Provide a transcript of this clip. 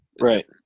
Right